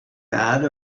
not